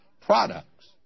products